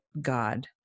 God